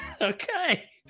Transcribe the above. okay